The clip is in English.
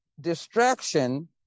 distraction